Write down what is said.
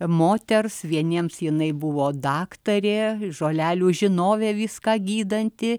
moters vieniems jinai buvo daktarė žolelių žinovė viską gydanti